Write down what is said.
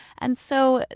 and so,